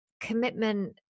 commitment